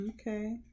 Okay